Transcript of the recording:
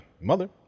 mother